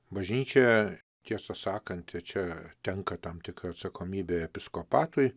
bažnyčioje tiesą sakant čia tenka tam tikra atsakomybė episkopatui